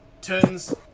turns